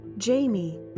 Jamie